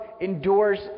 endures